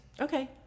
Okay